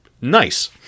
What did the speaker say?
Nice